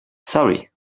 sorry